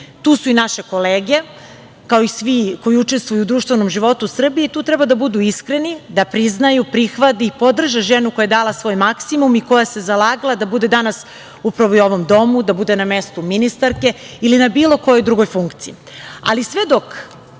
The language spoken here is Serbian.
su i naše kolege, kao i svi koji učestvuju u društvenom životu Srbije i tu treba da budu iskreni da priznaju, prihvate i podrže ženu koja je dala svoj maksimum i koja se zalagala da bude danas upravo u ovom domu, da bude na mestu ministarke ili na bilo kojoj drugoj funkciji. Sve